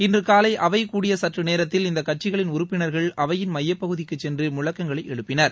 இன்று காலை அவை கூடிய சற்று நேரத்தில் இந்த கட்சிகளின் உறுப்பினர்கள் அவையின் மையப்பகுதிக்குச் சென்று முழக்கங்களை எழுப்பினர்